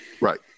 Right